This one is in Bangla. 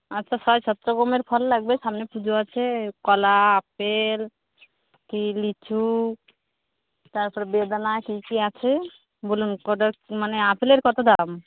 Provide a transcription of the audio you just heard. আচ্ছা ছয় সাত রকমের ফল লাগবে সামনে পুজো আছে কলা আপেল কি লিচু তারপরে বেদানা কী কী আছে বলুন কত মানে আপেলের কত দাম